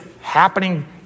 happening